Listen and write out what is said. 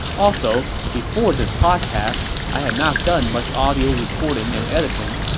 also, before this podcast, i had not done much audio recording and editing.